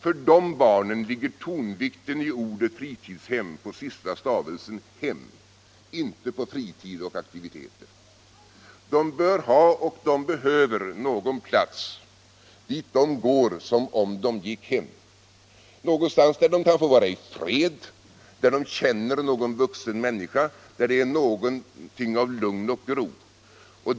För dessa barn ligger tonvikten i ordet fritidshem på sista stavelsen, alltså ”hem”, och inte på ”frivid-”. Barnen bör ha och behöver någon plats dit de kan gå som om de gick hem, någonstans där de kan få vara i fred, känna någon vuxen människa samt få lugn och ro.